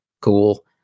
Cool